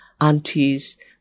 Aunties